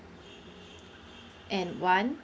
and one